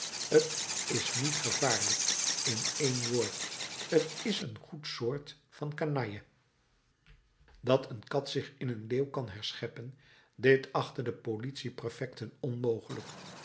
t is niet gevaarlijk in één woord t is een goed soort van kanalje dat een kat zich in een leeuw kan herscheppen dit achtten de politie prefecten onmogelijk